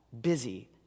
busy